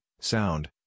sound